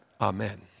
Amen